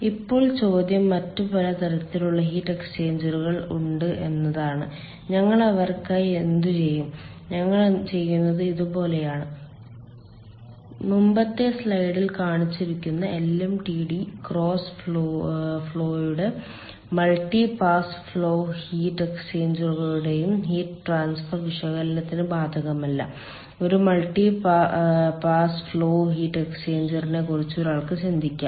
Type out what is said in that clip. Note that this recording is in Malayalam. ഇപ്പോൾ ചോദ്യം മറ്റ് പല തരത്തിലുള്ള ഹീറ്റ് എക്സ്ചേഞ്ചറുകൾ ഉണ്ട് എന്നതാണ് ഞങ്ങൾ അവർക്കായി എന്തുചെയ്യും ഞങ്ങൾ ചെയ്യുന്നത് ഇതുപോലെയാണ് മുമ്പത്തെ സ്ലൈഡിൽ കാണിച്ചിരിക്കുന്ന LMTD ക്രോസ് ഫ്ലോയുടെയും മൾട്ടി പാസ് ഫ്ലോ ഹീറ്റ് എക്സ്ചേഞ്ചറുകളുടെയും ഹീറ്റ് ട്രാൻസ്ഫർ വിശകലനത്തിന് ബാധകമല്ല ഒരു മൾട്ടി പാസ് ഫ്ലോ ഹീറ്റ് എക്സ്ചേഞ്ചറിനെ കുറിച്ച് ഒരാൾക്ക് ചിന്തിക്കാം